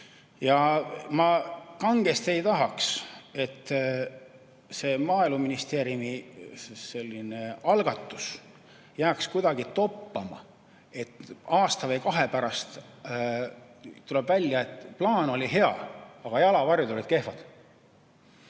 Ma kangesti ei tahaks, et see Maaeluministeeriumi algatus jääks toppama, et aasta või kahe pärast tuleks välja, et plaan oli hea, aga jalavarjud olid kehvad.